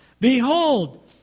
Behold